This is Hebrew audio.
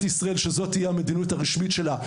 ישראל להפוך את זה למדיניות הרשמית שלה.